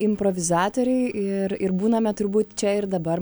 improvizatoriai ir ir būname turbūt čia ir dabar